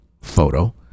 photo